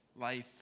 life